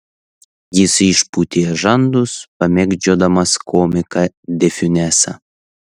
jis išpūtė žandus pamėgdžiodamas komiką de fiunesą